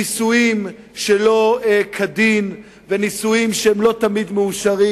ניסויים שלא כדין וניסויים שהם לא תמיד מאושרים?